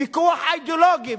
ויכוח אידיאולוגי,